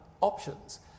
options